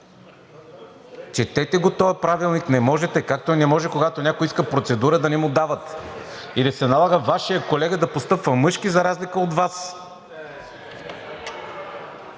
Четете го този правилник – не можете, както и не може, когато някой иска процедура, да не му дават и да се налага Вашият колега да постъпва мъжки за разлика от Вас.